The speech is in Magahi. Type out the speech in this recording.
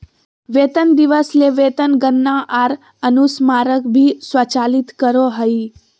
वेतन दिवस ले वेतन गणना आर अनुस्मारक भी स्वचालित करो हइ